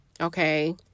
Okay